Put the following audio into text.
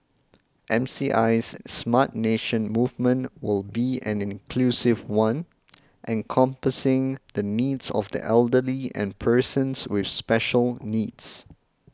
M C I S Smart Nation movement will be an inclusive one encompassing the needs of the elderly and persons with special needs